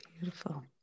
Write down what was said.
Beautiful